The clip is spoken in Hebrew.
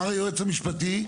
אמר היועץ המשפטי,